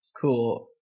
Cool